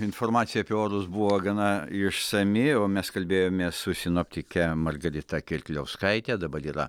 informacija apie orus buvo gana išsami o mes kalbėjomės su sinoptike margarita kirkliauskaite dabar yra